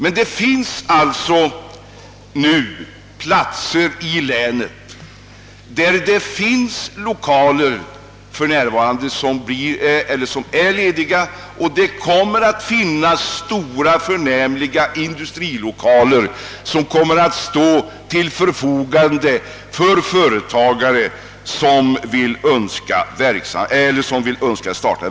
På vissa platser i länet finns det alltså för närvarande lediga lokaler och det kommer även att stå till förfogande nya förnämliga industrilokaler för företagare som vill starta en verksamhet i länet.